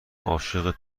عاشق